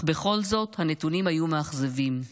אך בכל זאת הנתונים היו מאכזבים.